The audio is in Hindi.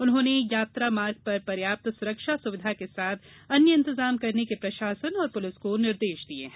उन्होंने यात्रा मार्ग पर पर्याप्त सुरक्षा सुविधा के साथ अन्य इंतजाम करने के प्रशासन और पुलिस को निर्देश दिये हैं